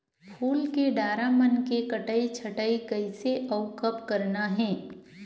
फूल के डारा मन के कटई छटई कइसे अउ कब करना हे?